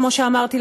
כמו שאמרתי,